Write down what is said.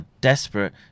desperate